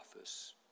office